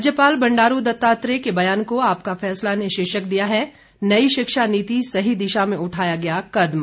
राज्यपाल बंडारू दत्तात्रेय के बयान को आपका फैसला ने शीर्षक दिया है नई शिक्षा नीति सही दिशा में उठाया गया कदम